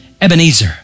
Ebenezer